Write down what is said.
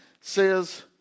says